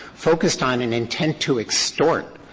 focused on an intent to extort.